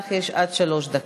לך יש עד שלוש דקות.